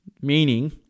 meaning